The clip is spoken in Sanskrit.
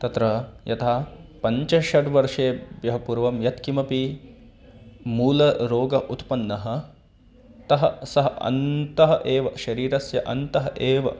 तत्र यथा पञ्चषड्वर्षेभ्यः पूर्वं यत्किमपि मूलः रोगः उत्पन्नः तः सः अन्तः एव शरीरस्य अन्तः एव